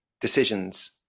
decisions